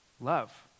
love